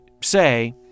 say